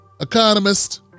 economist